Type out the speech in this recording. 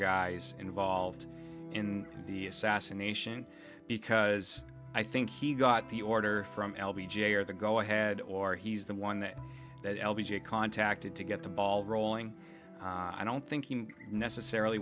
guys involved in the assassination because i think he got the order from l b j or the go ahead or he's the one that l b j contacted to get the ball rolling i don't think you necessarily